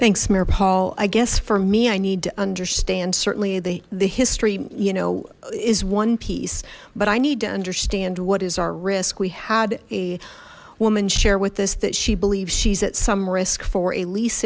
paul i guess for me i need to understand certainly the the history you know is one piece but i need to understand what is our risk we had a woman share with us that she believes she's at some risk for a lease